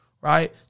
right